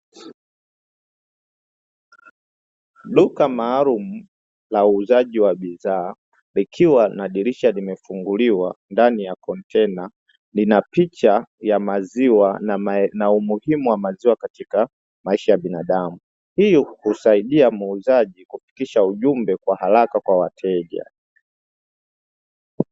Duka maalumu la uuzaji wa bidhaa likiwa na dirisha limefunguliwa ndani ya kontena lina picha ya maziwa na umuhimu wa maziwa katika maisha ya binadamu, hii husaidia muuzaji kufikisha ujumbe kwa haraka kwa wateja.